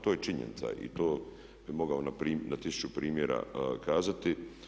To je činjenica i to bih mogao na tisuću primjera kazati.